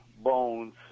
bones